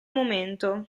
momento